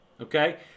okay